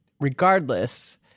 regardless